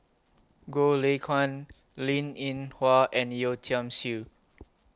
Goh Lay Kuan Linn in Hua and Yeo Tiam Siew